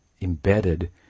embedded